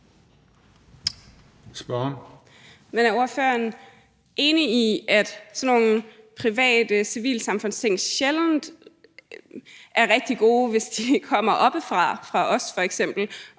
Carøe (SF): Men er ordføreren enig i, at sådan nogle private civilsamfundsting sjældent er rigtig gode, hvis de kommer oppefra, f.eks.